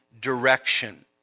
direction